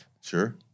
Sure